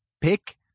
pick